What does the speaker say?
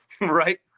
right